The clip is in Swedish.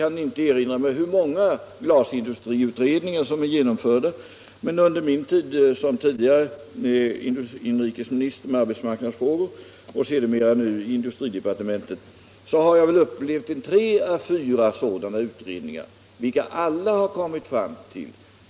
Jag kan inte erinra mig hur många glasindustriutredningar som har genomförts, men under min tid som tidigare inrikesminister med arbetsmarknadsfrågor och nu industriminister har jag upplevt tre fyra sådana utredningar, vilka alla kommit fram till